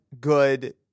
good